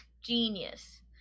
genius